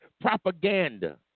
propaganda